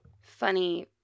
funny